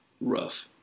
rough